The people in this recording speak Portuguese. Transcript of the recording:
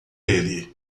ele